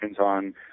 on